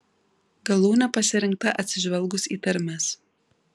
galūnė pasirinkta atsižvelgus į tarmes